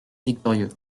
victorieux